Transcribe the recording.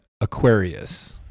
Aquarius